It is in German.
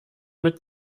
mit